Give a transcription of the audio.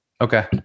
Okay